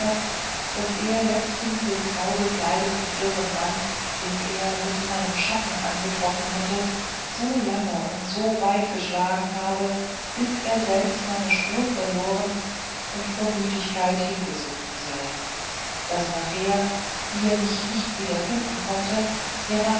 daß er letzthin den grau gekleideten dürren mann den er mit meinem schatten angetroffen hatte so lange und so weit geschlagen habe bis er selbst meine spur verloren und vor müdigkeit hingesunken sei daß nachher wie er mich nicht wieder finden gekonnt